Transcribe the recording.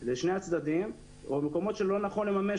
לשני הצדדים או במקומות שלא נכון לממש